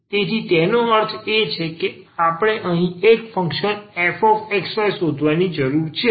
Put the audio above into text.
તેથી તેનો અર્થ એ કે આપણે અહીં એક ફંક્શન fxy શોધવાની જરૂર છે